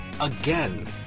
again